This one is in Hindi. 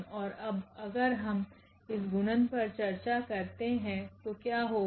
और अब अगर हम इस गुणन पर चर्चा करते हैं तो क्या होगा